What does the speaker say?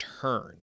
turn